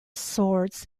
swords